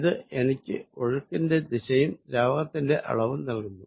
ഇത് എനിക്ക് ഒഴുക്കിന്റെ ദിശയും ദ്രാവകത്തിന്റെ അളവും നൽകുന്നു